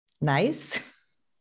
nice